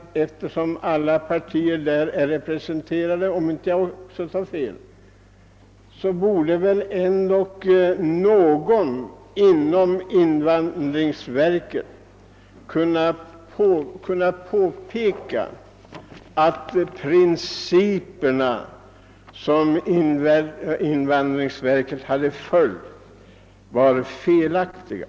Eftersom väl alla partiåskådningar finns representerade inom invandrarverket borde väl emellertid något av dessa partier ha kunnat påpeka att de principer som invandrarverket följt är felaktiga.